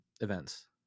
events